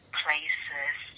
places